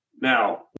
Now